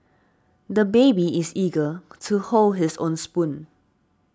the baby is eager to hold his own spoon